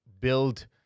build